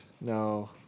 No